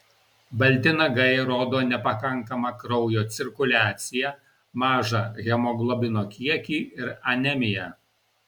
balti nagai rodo nepakankamą kraujo cirkuliaciją mažą hemoglobino kiekį ir anemiją